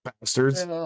bastards